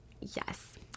Yes